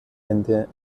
ende